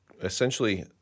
essentially